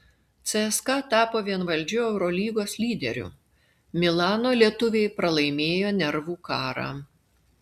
cska tapo vienvaldžiu eurolygos lyderiu milano lietuviai pralaimėjo nervų karą